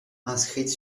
inscrite